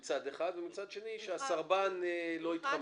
מצד אחד, ומצד שני שהסרבן לא יתחמק.